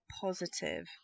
positive